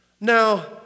Now